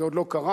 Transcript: זה עוד לא קרה,